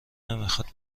نمیخاد